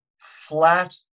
flat